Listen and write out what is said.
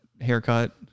Haircut